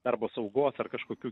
darbo saugos ar kažkokių